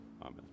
Amen